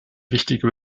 wichtige